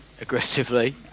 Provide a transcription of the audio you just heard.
aggressively